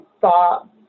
thought